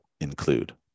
include